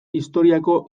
historiako